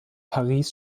paris